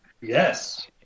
Yes